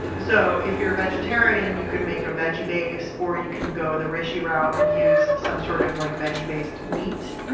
so if you're a vegetarian, you can make a veggie base or you can go the hrishi route and use some sort of like veggie based meat.